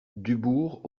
dubourg